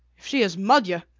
she is magyar,